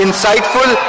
Insightful